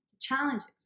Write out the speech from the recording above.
challenges